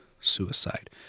suicide